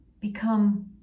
become